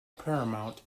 paramount